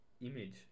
image